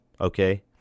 okay